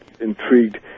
intrigued